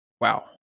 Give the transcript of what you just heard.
wow